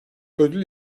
ödül